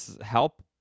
help